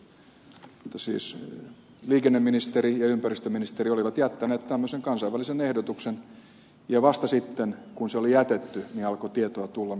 siis liikenneministeri ja ympäristöministeri olivat jättäneet tämmöisen kansainvälisen ehdotuksen ja vasta sitten kun se oli jätetty alkoi tulla tietoa siitä mitä tapahtui